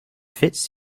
fits